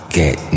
get